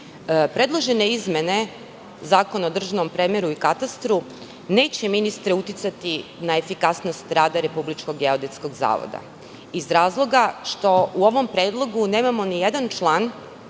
predložene izmene Zakona o državnom premeru i katastru neće, ministre, uticati na efikasnost rada RGZ, iz razloga što u ovom predlogu nemamo ni jedan član